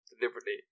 deliberately